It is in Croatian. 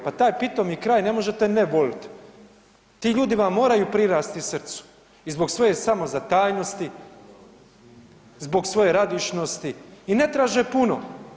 Pa taj pitomi kraj ne možete ne volit, ti ljudi vam moraju prirasti srcu i zbog svoje samozatajnosti, zbog svoje radišnosti i ne traže puno.